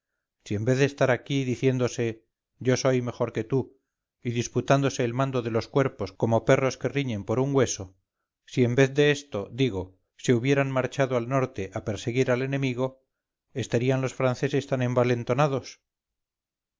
si en vez de estar aquí diciéndose yo soy mejor que tú y disputándose el mando de los cuerpos como perros que riñen por un hueso si en vez de esto digo se hubieran marchado al norte a perseguir al enemigo estarían los franceses tan envalentonados